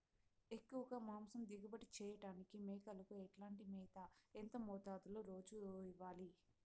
ఎక్కువగా మాంసం దిగుబడి చేయటానికి మేకలకు ఎట్లాంటి మేత, ఎంత మోతాదులో రోజు ఇవ్వాలి?